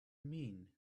mean